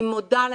אני מודה להם,